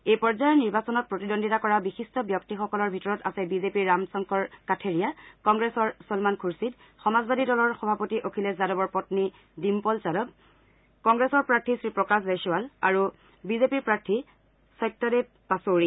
এই পৰ্যায়ৰ নিৰ্বাচনত প্ৰতিদ্বন্দ্বিতা কৰা বিশিষ্ট ব্যক্তিসকলৰ ভিতৰত আছে বিজেপিৰ ৰাম শংকৰ কাথেৰিয়া কংগ্ৰেছৰ চলমান খুৰছিদ সমাজবাদী দলৰ সভাপতি অখিলেশ যাদৱৰ পপ্নী ডিম্পল যাদৱ কংগ্ৰেছৰ প্ৰাৰ্থী শ্ৰীপ্ৰকাশ জইছৱাল আৰু বিজেপিৰ প্ৰাৰ্থী সত্যদেৱ পাছৌৰী